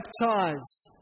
baptize